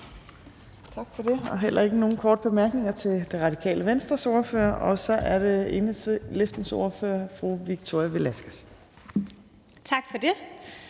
Tak for det. Der er heller ikke nogen korte bemærkninger til Radikale Venstres ordfører. Så er det Enhedslistens ordfører, fru Victoria Velasquez. Kl.